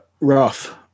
rough